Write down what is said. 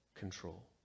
control